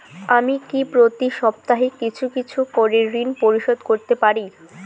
আমি কি প্রতি সপ্তাহে কিছু কিছু করে ঋন পরিশোধ করতে পারি?